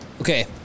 Okay